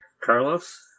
Carlos